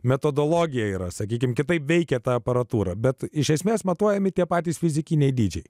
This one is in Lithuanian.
metodologija yra sakykime kitaip veikė tą aparatūrą bet iš esmės matuojami tie patys fizikiniai dydžiai